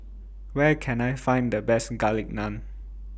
Where Can I Find The Best Garlic Naan